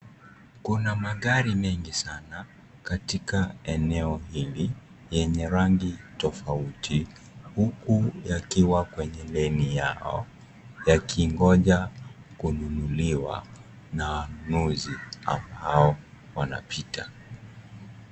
Kuna magari mengi sana katika eneo hili yenye rangi tofauti huku yakiwa kwenye leni yao yakingoja kununuliwa na wanunuzi ambao wanapita.